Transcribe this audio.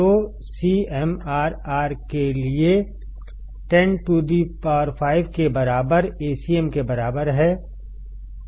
तो CMRR के लिए 105 केबराबर Acm के बराबर है